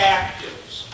actives